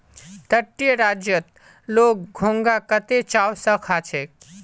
तटीय राज्यत लोग घोंघा कत्ते चाव स खा छेक